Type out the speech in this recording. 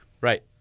Right